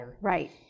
Right